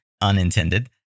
unintended